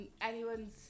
anyone's